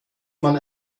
man